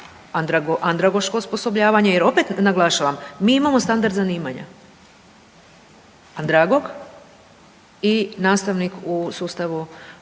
andragoško osposobljavanje jer opet naglašavam mi imamo standard zanimanja. Andragog i nastavnik u sustavu